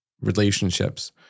relationships